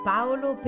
Paolo